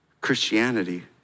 Christianity